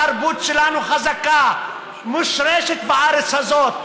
התרבות שלנו חזקה, מושרשת בארץ הזאת.